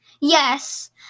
Yes